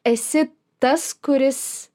esi tas kuris